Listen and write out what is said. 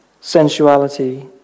sensuality